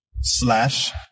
slash